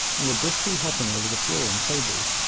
and were briskly hopping over the floor and tables,